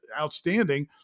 outstanding